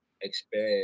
expand